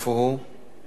ירד.